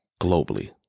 globally